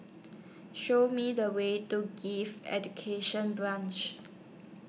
Show Me The Way to Education Branch